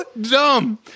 dumb